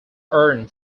earned